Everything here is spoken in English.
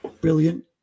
brilliant